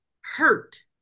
hurt